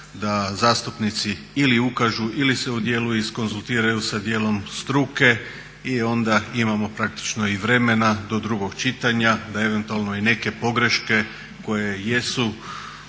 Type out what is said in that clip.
da zastupnici ili ukažu ili se u dijelu izkonzultiraju sa dijelom struke i onda imamo i vremena do drugog čitanja da eventualno i neke pogreške koje jesu